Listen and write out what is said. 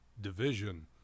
Division